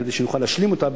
כדי שנוכל להשלים אותה,